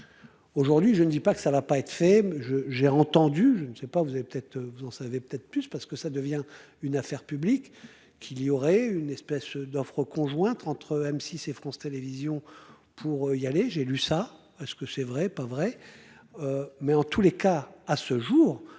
Aujourd'hui, je ne dis pas que ça va pas être fait, je, j'ai entendu, je ne sais pas vous avez peut-être vous en savez peut-être plus parce que ça devient une affaire publique qu'il y aurait une espèce d'offres conjointes entre M6 et France Télévisions pour y aller, j'ai lu ça ce que c'est vrai, pas vrai.